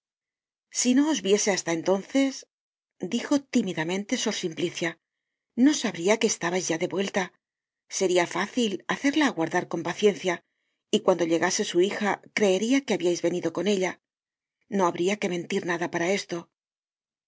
si no os viese hasta entonces dijo tímidamente sor simplicia no sabria que estabais ya de vuelta seria fácil hacerla aguardar con paciencia y cuando llegase su hija creeria que habiais venido con ella no habria que mentir nada para esto